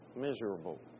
miserable